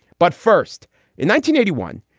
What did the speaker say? but first in nineteen eighty one,